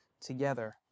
together